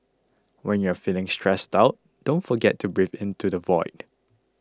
when you are feeling stressed out don't forget to breathe into the void